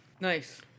Nice